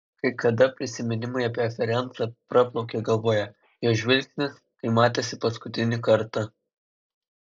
kai kada prisiminimai apie ferencą praplaukia galvoje jo žvilgsnis kai matėsi paskutinį kartą